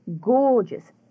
gorgeous